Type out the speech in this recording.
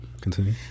continue